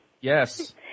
Yes